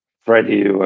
Freddie